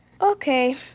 Okay